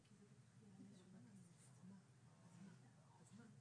ל"מחנה הממלכתי" יש שתי הסתייגויות לסעיף 1 בהצעת החוק.